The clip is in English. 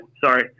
sorry